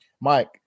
Mike